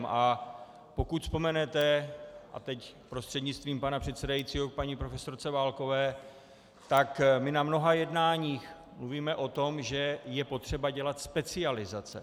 A pokud vzpomenete, a teď prostřednictvím pana předsedajícího k paní profesorce Válkové, tak my na mnoha jednáních mluvíme o tom, že je potřeba dělat specializace.